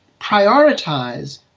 prioritize